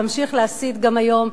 ולהמשיך להסית גם היום.